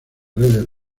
redes